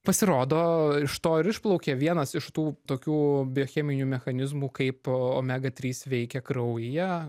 pasirodo iš to ir išplaukė vienas iš tų tokių biocheminių mechanizmų kaip omega trys veikia kraujyje